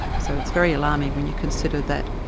so it's very alarming when you consider that